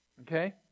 Okay